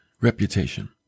reputation